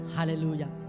Hallelujah